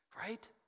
right